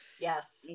Yes